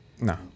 No